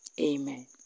Amen